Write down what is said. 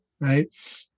right